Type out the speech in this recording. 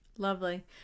Lovely